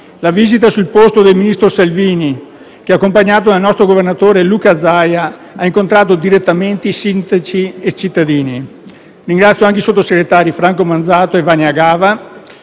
la visita sul posto del ministro Salvini, che, accompagnato dal nostro governatore, Luca Zaia, ha incontrato direttamente sindaci e cittadini. Ringrazio anche i sottosegretari Franco Manzato e Vannia Gava,